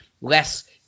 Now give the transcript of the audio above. less